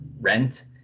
rent